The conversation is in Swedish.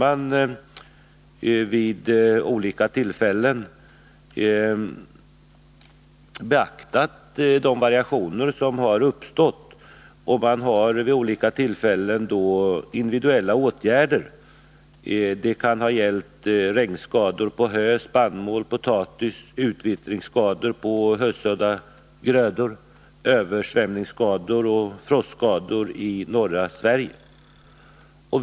Man har då inte beaktat de individuella åtgärder som vidtagits vid olika tillfällen. Det kan ha gällt regnskador på hö, spannmål eller potatis, utvintringsskador på höstsådda grödor, översvämningsskador och frostskador i norra Sverige.